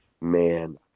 Man